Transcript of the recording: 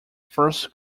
first